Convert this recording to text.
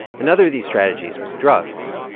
another of these strategies was drugs.